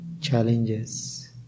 challenges